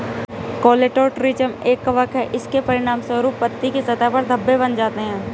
Colletotrichum एक कवक है, इसके परिणामस्वरूप पत्ती की सतह पर धब्बे बन जाते हैं